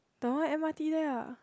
the one m_r_t there lah